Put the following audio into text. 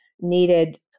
needed